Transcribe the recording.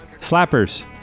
Slappers